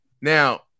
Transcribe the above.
Now